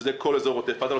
שזה כל אזור עוטף עזה.